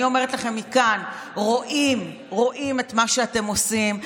אני אומרת לכם מכאן: רואים את מה שאתם עושים.